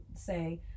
say